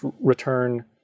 return